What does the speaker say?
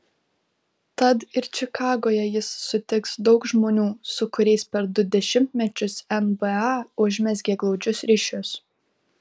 tad ir čikagoje jis sutiks daug žmonių su kuriais per du dešimtmečius nba užmezgė glaudžius ryšius